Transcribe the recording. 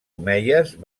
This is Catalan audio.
omeies